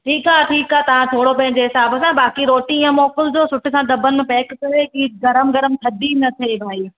ठीकु आहे ठीकु आहे तव्हां थोरो पंहिंजे हिसाब सां बाक़ी रोटी मोकिलिजो सुठे सां दब्बन में पैक करे चीज गरम गरम थदी न थिए भाई